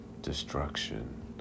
destruction